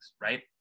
right